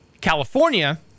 california